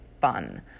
fun